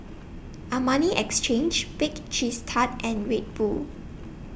Armani Exchange Bake Cheese Tart and Red Bull